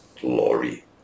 glory